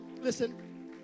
listen